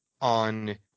on